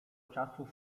czasu